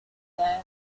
here